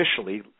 officially